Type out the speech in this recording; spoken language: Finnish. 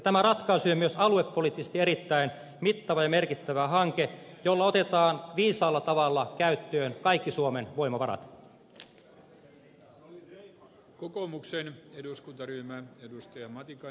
tämä ratkaisu on myös aluepoliittisesti erittäin mittava ja merkittävä hanke jolla otetaan viisaalla tavalla käyttöön kaikki suomen voimavarat